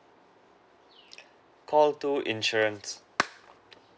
call two insurance